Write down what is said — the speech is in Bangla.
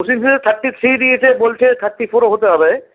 পুসিংগুলো থার্টি থ্রি দিয়েছে বলছে থার্টি ফোরও হতে হবে